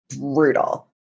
brutal